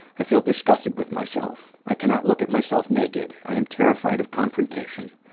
i feel disgusted with myself. i cannot look at myself naked. i am terrified of confrontation.